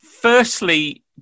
Firstly